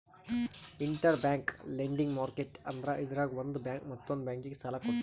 interbank lending market ಅಂದ್ರ ಇದ್ರಾಗ್ ಒಂದ್ ಬ್ಯಾಂಕ್ ಮತ್ತೊಂದ್ ಬ್ಯಾಂಕಿಗ್ ಸಾಲ ಕೊಡ್ತದ್